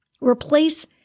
Replace